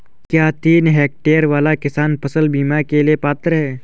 क्या तीन हेक्टेयर वाला किसान फसल बीमा के लिए पात्र हैं?